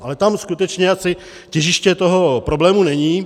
Ale tam skutečně asi těžiště toho problému není.